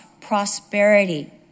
prosperity